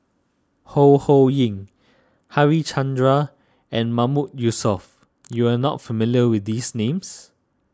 Ho Ho Ying Harichandra and Mahmood Yusof you are not familiar with these names